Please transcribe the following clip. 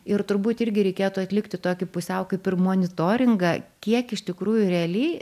ir turbūt irgi reikėtų atlikti tokį pusiau kaip ir monitoringą kiek iš tikrųjų realiai